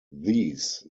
these